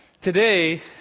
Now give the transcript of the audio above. today